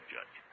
Judge